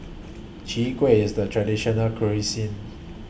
Chwee Kueh IS The Traditional Local Cuisine